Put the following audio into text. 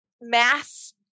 mass